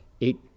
eight